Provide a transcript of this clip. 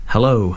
Hello